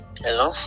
hello